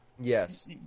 Yes